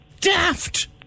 daft